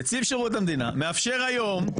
נציב שירות המדינה מאפשר היום,